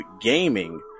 Gaming